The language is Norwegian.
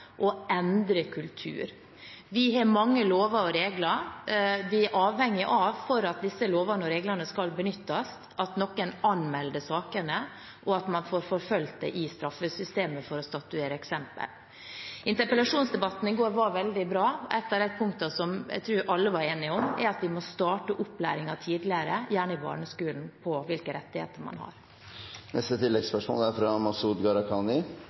og endrer kultur. Vi har mange lover og regler. Vi er avhengig av, for at disse lovene og reglene skal benyttes, at noen anmelder sakene, og at man får forfulgt det i straffesystemet for å statuere eksempel. Interpellasjonsdebatten i går var veldig bra. Et av de punktene som jeg tror alle var enige om, er at vi må starte opplæringen tidligere, gjerne i barneskolen, om hvilke rettigheter man har. Masud Gharahkani – til oppfølgingsspørsmål. Mitt oppfølgingsspørsmål går til likestillingsministeren. Skal Norge lykkes, er